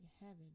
heaven